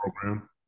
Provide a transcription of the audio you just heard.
program